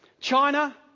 China